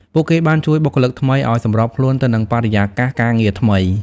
ពួកគេបានជួយបុគ្គលិកថ្មីឱ្យសម្របខ្លួនទៅនឹងបរិយាកាសការងារថ្មី។